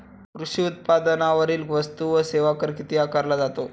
कृषी उत्पादनांवरील वस्तू व सेवा कर किती आकारला जातो?